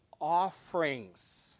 offerings